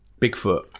Bigfoot